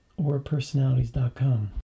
orpersonalities.com